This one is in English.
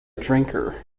drinker